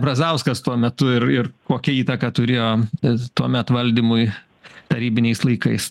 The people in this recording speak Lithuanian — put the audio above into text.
brazauskas tuo metu ir ir kokią įtaką turėjo tuomet valdymui tarybiniais laikais